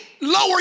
lower